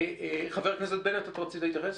חבר הכנסת בנט, רצית להתייחס?